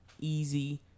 easy